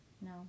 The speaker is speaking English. No